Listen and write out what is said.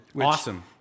Awesome